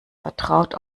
vertraut